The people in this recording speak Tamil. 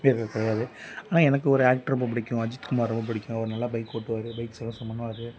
வீரர்கள் கிடையாது ஆனால் எனக்கு ஒரு ஆக்ட்ரு ரொம்ப பிடிக்கும் அஜித்குமார் ரொம்ப பிடிக்கும் அவர் நல்லா பைக் ஓட்டுவார் பைக் சாகசம் பண்ணுவார்